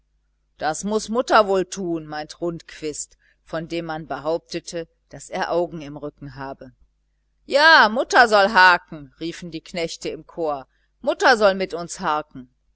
das muß mutter wohl tun meint rundquist von dem man behauptete daß er augen im rücken habe ja mutter soll harken riefen die knechte im chor mutter soll mit uns harken